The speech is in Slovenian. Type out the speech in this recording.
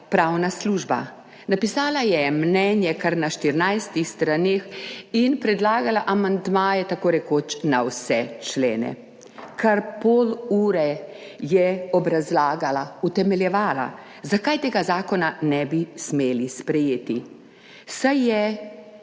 pravna služba. Napisala je mnenje na kar 14 straneh in predlagala amandmaje tako rekoč na vse člene. Kar pol ure je obrazlagala, utemeljevala, zakaj tega zakona ne bi smeli sprejeti, saj je